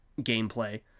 gameplay